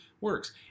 works